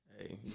Hey